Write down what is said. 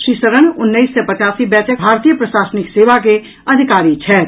श्री शरण उन्नैस सय पचासी बैचक भारतीय प्रशासनिक सेवा के अधिकारी छथि